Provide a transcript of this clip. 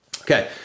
Okay